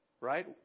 Right